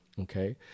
Okay